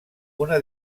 una